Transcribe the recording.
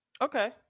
Okay